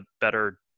better